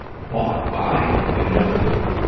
bought by you know who,